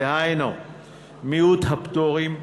דהיינו מיעוט הפטורים,